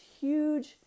huge